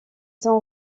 sont